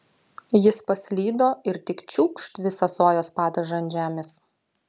jis paslydo ir tik čiūkšt visą sojos padažą ant žemės